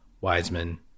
Wiseman